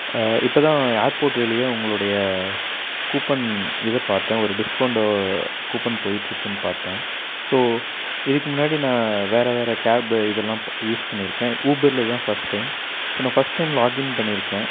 இப்போ தான் ஏர்போர்ட் வெளியே உங்களுடைய கூப்பன் இதை பார்த்தேன் ஒரு டிஸ்கோண்டு கூப்பன் போயிட்டுருக்குன் பார்த்தேன் ஸோ இதுக்கு முன்னாடி நான் வேறு வேறு கேபு இது எல்லாம் யூஸ் பண்ணி இருக்கேன் ஊபரில் இதுதான் ஃபஸ்ட் டைம் ஸோ நான் ஃபஸ்ட் டைம் லாகின் பண்ணியிருக்கேன்